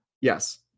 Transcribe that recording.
Yes